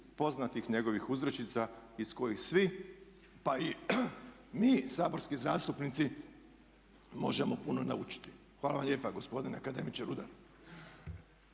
poznatih njegovih uzrečica iz kojih svi, pa i mi saborski zastupnici možemo puno naučiti. Hvala vam lijepa gospodine akademiče Rudan.